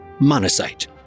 Monocyte